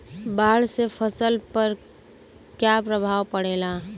बाढ़ से फसल पर क्या प्रभाव पड़ेला?